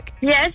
Yes